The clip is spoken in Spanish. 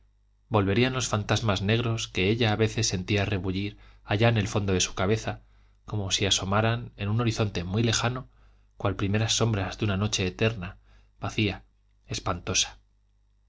volverían los fantasmas negros que ella a veces sentía rebullir allá en el fondo de su cabeza como si asomaran en un horizonte muy lejano cual primeras sombras de una noche eterna vacía espantosa